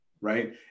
Right